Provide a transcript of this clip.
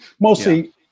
mostly